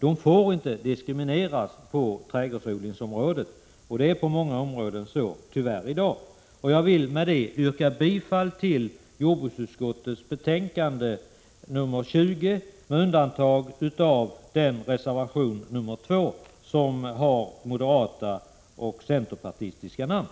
De får inte diskrimineras på trädgårdsodlingsområdet. Det är tyvärr så i dag på många områden. Jag vill med detta yrka bifall till reservation 2 och i övrigt till utskottets hemställan.